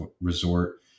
resort